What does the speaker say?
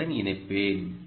ஓவுடன் இணைப்பேன்